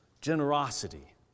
generosity